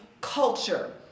culture